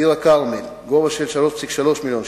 עיר-הכרמל, בגובה של 3.3 מיליוני שקל,